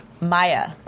Maya